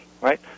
Right